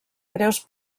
greus